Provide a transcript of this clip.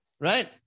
right